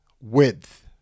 width